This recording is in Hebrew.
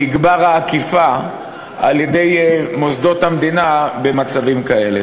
תגבר האכיפה על-ידי מוסדות המדינה במצבים כאלה.